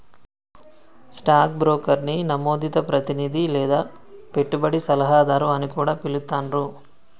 stock బ్రోకర్ని నమోదిత ప్రతినిధి లేదా పెట్టుబడి సలహాదారు అని కూడా పిలుత్తాండ్రు